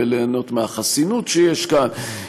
ליהנות מהחסינות שיש כאן,